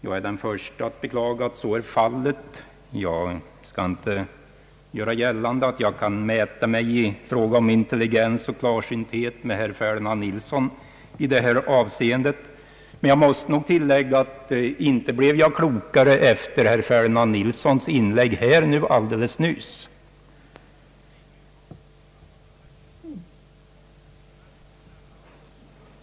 Jag skall inte göra gällande att jag i fråga om intelligens och klarsynthet kan mäta mig med herr Nilsson, men jag måste tillägga att jag inte blev klokare av herr Nilssons senaste inlägg.